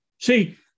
See